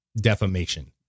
Defamation